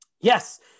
Yes